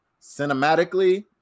cinematically